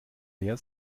leer